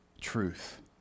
truth